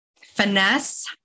Finesse